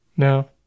No